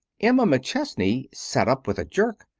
emma mcchesney sat up with a jerk.